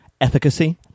Efficacy